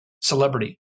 celebrity